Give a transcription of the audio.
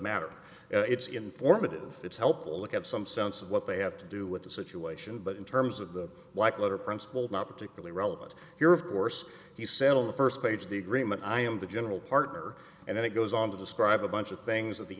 matter it's informative it's helpful and have some sense of what they have to do with the situation but in terms of the like letter principle not particularly relevant here of course he sat on the first page the agreement i am the general partner and then it goes on to describe a bunch of things at the